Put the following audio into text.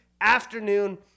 afternoon